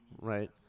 Right